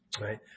Right